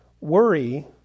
Worry